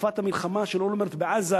בתקופת המלחמה של אולמרט בעזה,